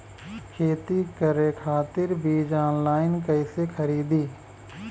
खेती करे खातिर बीज ऑनलाइन कइसे खरीदी?